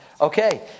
Okay